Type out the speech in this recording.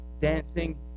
dancing